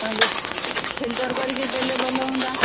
ତାହଲେ ଫିଲ୍ଟର କରିକି ଦେଲେ ଭଲହୁଅନ୍ତା ଭଲହୁଅନ୍ତା